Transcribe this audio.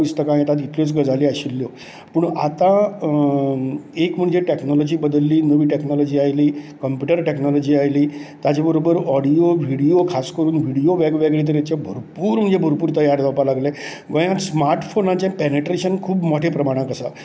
पुस्तकां बिस्तकां येतात इतल्योच गजाली आशिल्ल्यो पूण आतां एक म्हणजे टॅक्नोलाॅजी बदल्ली नवी टॅक्नोलाॅजी आयली कंप्यूटर टॅक्नोलाॅजी आयली ताचे बरोबर ऑडियो व्हिडीयो खास करून व्हिडीयो वेगळे तरेचे भरपूर म्हणजे भरपूर तयार जावपाक लागले गोंयांत स्मार्टफोनाचें पेनेट्रेशन खूब मोठ्या प्रमाणांत आसा